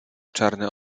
czarne